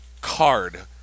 Card